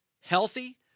healthy